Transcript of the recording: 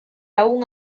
aun